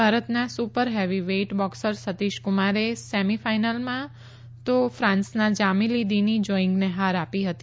ભારતના super heavyweight boxer Satish કુમારે semi ફાઇનલમાં તો ફાંસના જામીલી દીની જોઇંગેને હાર આપી હતી